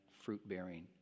fruit-bearing